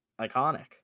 iconic